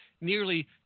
nearly